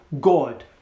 God